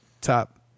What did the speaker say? top